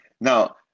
Now